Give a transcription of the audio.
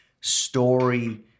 story